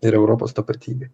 ir europos tapatybė